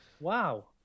Wow